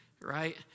right